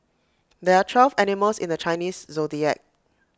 there are twelve animals in the Chinese Zodiac